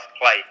play